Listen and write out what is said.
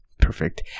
perfect